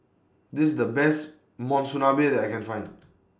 This IS The Best Monsunabe that I Can Find